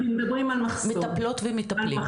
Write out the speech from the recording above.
מטפלות ומטפלים.